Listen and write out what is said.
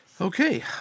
okay